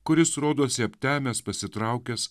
kuris rodosi aptemęs pasitraukęs